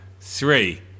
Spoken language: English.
three